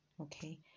okay